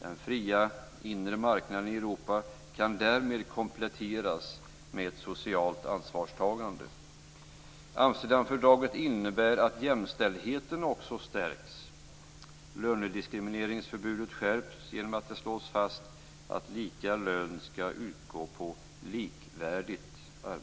Den fria inre marknaden i Europa kan därmed kompletteras med ett socialt ansvarstagande. Amsterdamfördraget innebär också att jämställdheten stärks.